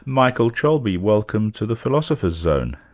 michael cholbi, welcome to the philosopher's zone.